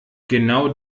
genau